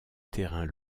terrains